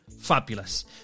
fabulous